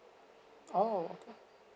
oh okay